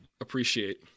appreciate